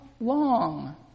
long